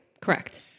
Correct